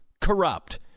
corrupt